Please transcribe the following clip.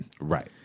Right